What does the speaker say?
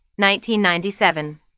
1997